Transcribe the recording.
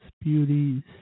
beauties